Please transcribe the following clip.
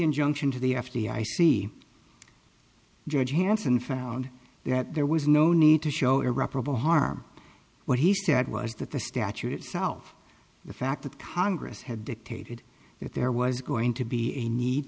injunction to the f b i see judge hanson found that there was no need to show irreparable harm what he said was that the statute itself the fact that congress had dictated that there was going to be a need